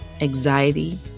anxiety